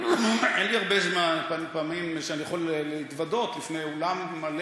אין לי הרבה פעמים שאני יכול להתוודות בפני אולם מלא